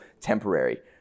temporary